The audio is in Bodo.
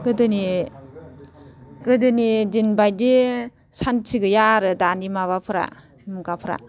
गोदोनि गोदोनि दिनबायदि सान्थि गैया आरो दानि माबाफोरा मुगाफ्रा